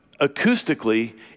acoustically